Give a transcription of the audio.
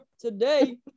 today